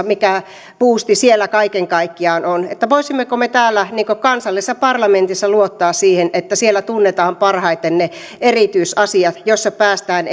mikä buusti varsinais suomessa kaiken kaikkiaan on voisimmeko me täällä kansallisessa parlamentissa luottaa siihen että siellä tunnetaan parhaiten ne erityisasiat joissa päästään